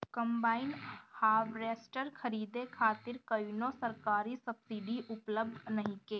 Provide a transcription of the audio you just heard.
Combine harvester खरीदे खातिर कउनो सरकारी सब्सीडी उपलब्ध नइखे?